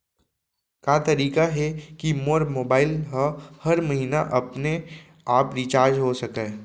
का तरीका हे कि मोर मोबाइल ह हर महीना अपने आप रिचार्ज हो सकय?